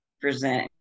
present